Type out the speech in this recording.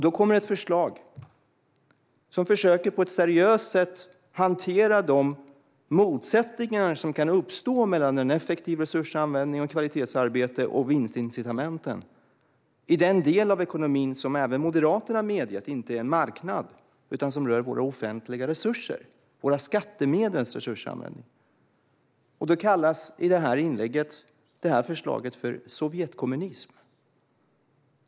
Då kommer det ett förslag som på ett seriöst sätt försöker hantera de motsättningar som kan uppstå mellan en effektiv resursanvändning, kvalitetsarbete och vinstincitamenten i den del av ekonomin som även Moderaterna medger inte är en marknad utan som rör våra offentliga resurser, våra skattemedels resursanvändning. Då kallar Lotta Finstorp i sitt inlägg förslaget för Sovjetkommunism.